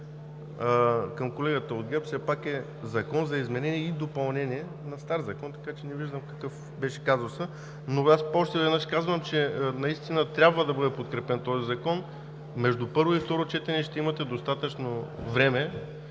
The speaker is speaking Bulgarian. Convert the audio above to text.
Към колегата от ГЕРБ – все пак е Закон за изменение и допълнение на стар закон, така че не виждам какъв беше казусът, но още веднъж казвам, че наистина този закон трябва да бъде подкрепен. Между първо и второ четене ще имате достатъчно време.